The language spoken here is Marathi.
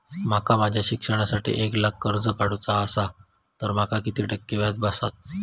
माका माझ्या शिक्षणासाठी एक लाख रुपये कर्ज काढू चा असा तर माका किती टक्के व्याज बसात?